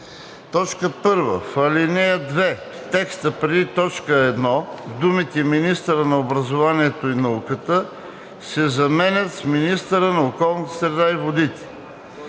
1. В ал. 2, в текста преди т. 1 думите „министъра на образованието и науката“ се заменят с „министъра на околната среда и водите“.